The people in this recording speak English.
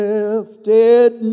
Lifted